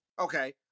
Okay